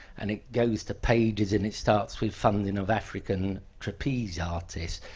and it goes to pages, and it starts with funding of african trapeze artists.